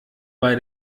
bei